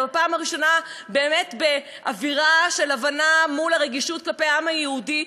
ובפעם הראשונה באמת באווירה של הבנה מול הרגישות כלפי העם היהודי,